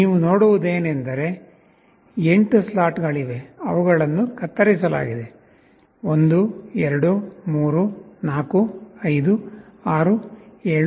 ನೀವು ನೋಡುವುದೇನೆಂದರೆ 8 ಸ್ಲಾಟ್ ಗಳಿವೆ ಅವುಗಳನ್ನು ಕತ್ತರಿಸಲಾಗಿದೆ 1 2 3 4 5 6 7 8